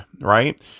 right